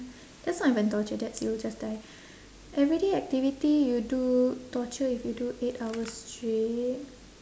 that's not even torture that's you will just die everyday activity you do torture if you do eight hours straight